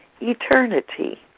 eternity